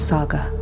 Saga